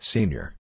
Senior